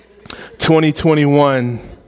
2021